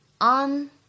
on